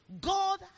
God